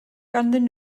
ganddyn